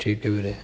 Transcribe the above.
ਠੀਕ ਹੈ ਵੀਰੇ